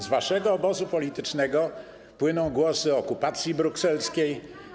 Z waszego obozu politycznego płyną głosy o okupacji brukselskiej.